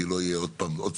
כי לא יהיה עוד סיבוב.